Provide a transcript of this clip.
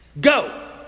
go